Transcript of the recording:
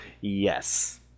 Yes